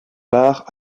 part